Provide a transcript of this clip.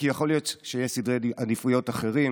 כי יכול להיות שיש סדרי עדיפויות אחרים